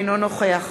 אינו נוכח